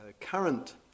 current